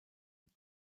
mit